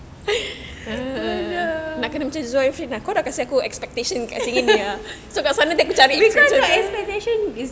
!aduh! because your expectation is